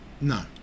No